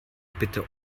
bitte